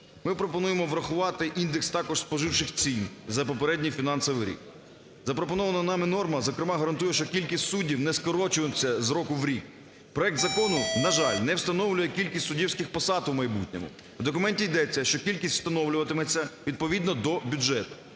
Ми пропонуємо врахувати індекс також споживчих цін за попередній фінансовий рік. Запропонована нами норма, зокрема, гарантує, що кількість суддів не скорочуватиметься з року в рік. Проект закону, на жаль, не встановлює кількість суддівських посад у майбутньому. В документі йдеться, що кількість встановлюватиметься відповідно до бюджету.